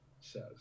says